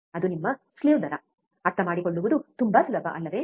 ಅದು ನಿಮ್ಮ ಸ್ಲಿವ್ ದರ ಅರ್ಥಮಾಡಿಕೊಳ್ಳುವುದು ತುಂಬಾ ಸುಲಭ ಅಲ್ಲವೇ